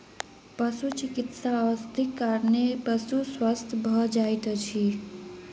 पशुचिकित्सा औषधिक कारणेँ पशु स्वस्थ भ जाइत अछि